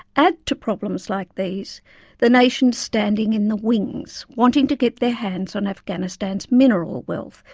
add to problems like these the nations standing in the wings, wanting to get their hands on afghanistan's mineral wealth,